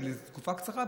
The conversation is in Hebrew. זה לתקופה קצרה,